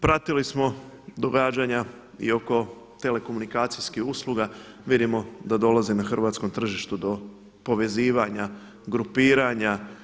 Pratili smo događanja i oko telekomunikacijskih usluga, vidimo da dolazi na hrvatskom tržištu do povezivanja, grupiranja.